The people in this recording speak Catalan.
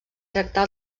tractar